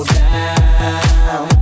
down